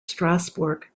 strasbourg